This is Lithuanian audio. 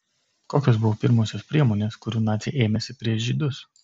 kokios buvo pirmosios priemonės kurių naciai ėmėsi prieš žydus